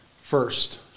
first